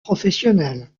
professionnelle